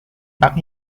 pak